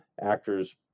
actors